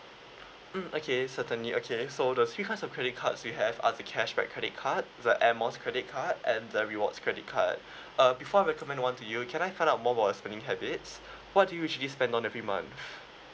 mm okay certainly okay so the three types of credit cards we have are the cashback credit card the air miles credit card and the rewards credit card uh before I recommend one to you can I find out more about your spending habits what do you usually spend on every month